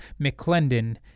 McClendon